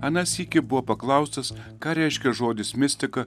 aną sykį buvo paklaustas ką reiškia žodis mistika